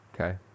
Okay